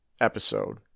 episode